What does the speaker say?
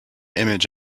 image